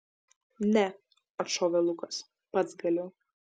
ne atšovė lukas pats galiu